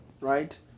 right